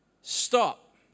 stop